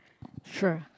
sure